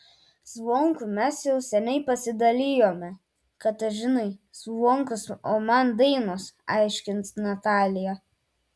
zvonkų mes jau seniai pasidalijome katažinai zvonkus o man dainos aiškins natalija